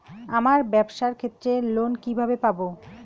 আমার ব্যবসার ক্ষেত্রে লোন কিভাবে পাব?